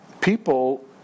people